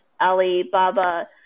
Alibaba